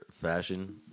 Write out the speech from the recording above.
fashion